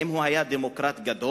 האם הוא היה דמוקרט גדול?